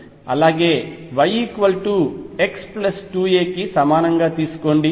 అలాగే y x 2 a కి సమానంగా తీసుకోండి